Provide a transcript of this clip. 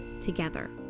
together